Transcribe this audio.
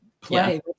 play